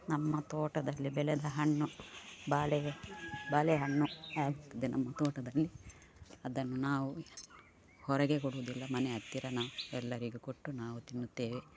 ನಮ್ಮ ತೋಟದಲ್ಲಿ ಬೆಳೆದ ಹಣ್ಣು ಬಾಳೆ ಬಾಳೆಹಣ್ಣು ಆಗಿದೆ ನಮ್ಮ ತೋಟದಲ್ಲಿ ಅದನ್ನು ನಾವು ಹೊರಗೆ ಕೊಡುವುದಿಲ್ಲ ಮನೆಯ ಹತ್ತಿರ ನಾ ಎಲ್ಲರಿಗೂ ಕೊಟ್ಟು ನಾವು ತಿನ್ನುತ್ತೇವೆ